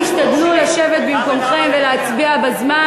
תשתדלו לשבת במקומכם ולהצביע בזמן,